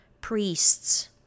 priests